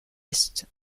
est